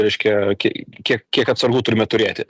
reiškia ki kiek kiek atsargų turime turėti